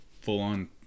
full-on